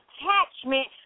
attachment